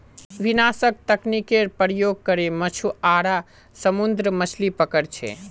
विनाशक तकनीकेर प्रयोग करे मछुआरा समुद्रत मछलि पकड़ छे